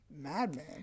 madman